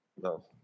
No